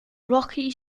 rocky